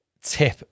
tip